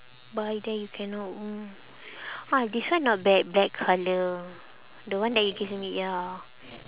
buy then you cannot mm ah this one not bad black colour the one that you give me ya